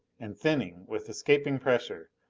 and thinning, with escaping pressure,